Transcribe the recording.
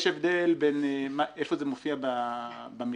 יש הבדל בין איפה זה מופיע במכרז